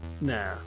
nah